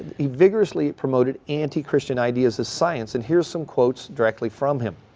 he vigorously promoted anti-christian ideas as science and here's some quotes directly from him.